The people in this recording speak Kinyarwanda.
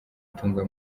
tunga